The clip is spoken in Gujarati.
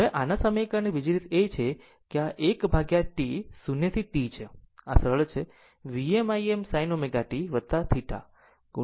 હવે આના સમીકરણની બીજી રીત એ છે કે આ 1 upon T 0 to t છે આ સરળ છે Vm Im sin ω t θ into sin ω t છે